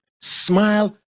smile